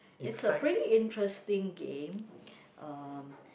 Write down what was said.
it's a pretty interesting game um